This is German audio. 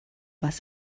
was